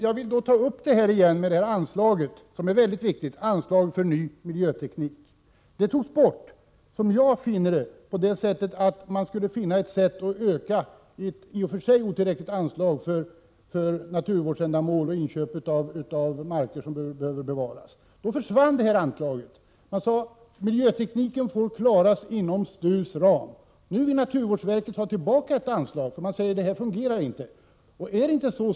Jag vill på nytt ta upp anslaget för ny miljöteknik, som är mycket viktigt. Det anslaget togs bort. Jag uppfattade det som ett försök att öka ett otillräckligt anslag för naturvårdsändamål och inköp av marker som bör bevaras. Man sade då att miljötekniken får klaras inom STU:s ram. Nu vill naturvårdsverket ha tillbaka anslaget. Man säger där att det inte fungerar i nuläget.